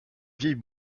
vieille